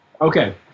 okay